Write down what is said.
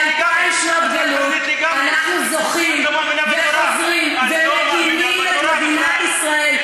אחרי אלפיים שנות גלות אנחנו זוכים וחוזרים ומקימים את מדינת ישראל,